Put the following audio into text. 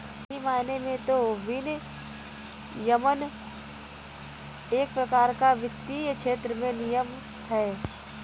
सही मायने में तो विनियमन एक प्रकार का वित्तीय क्षेत्र में नियम है